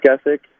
ethic